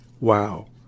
Wow